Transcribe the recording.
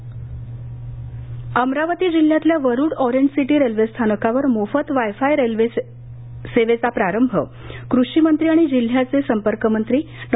अमरावती अमरावती जिल्ह्यातल्या Warud orange city railway स्थानकावर मोफत वायफाय सेवेचा प्रारंभ कृषी मंत्री आणि जिल्ह्याचे संपर्कमंत्री डॉ